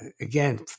Again